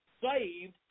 saved